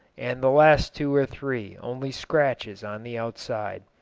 and the last two or three only scratches on the outside.